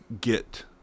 get